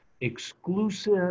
exclusive